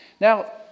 Now